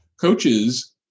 coaches